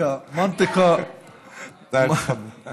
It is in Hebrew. (אומר בערבית: